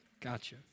Gotcha